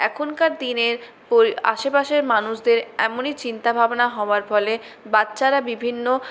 এখনকার দিনের আশেপাশের মানুষদের এমনই চিন্তাভাবনা হওয়ার ফলে বাচ্চারা বিভিন্ন